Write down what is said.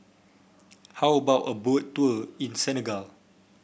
how about a Boat Tour in Senegal